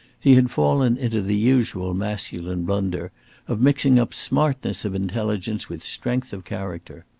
he had fallen into the usual masculine blunder of mixing up smartness of intelligence with strength of character.